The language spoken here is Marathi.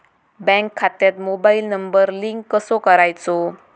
बँक खात्यात मोबाईल नंबर लिंक कसो करायचो?